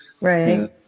Right